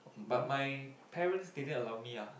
but my parents didn't allow me ah